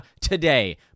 today